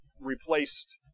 replaced